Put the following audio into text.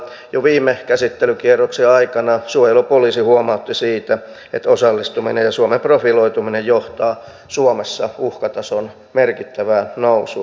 jo viime käsittelykierroksen aikana suojelupoliisi huomautti siitä että osallistuminen ja suomen profiloituminen johtaa suomessa uhkatason merkittävään nousuun